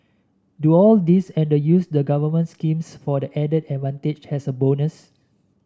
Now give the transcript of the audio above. do all this and use the government schemes for the added advantage as a bonus